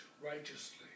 righteously